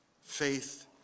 Faith